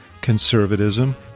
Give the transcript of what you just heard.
conservatism